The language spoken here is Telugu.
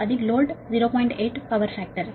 8 పవర్ ఫాక్టర్